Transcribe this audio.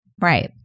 Right